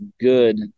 good